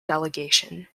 delegation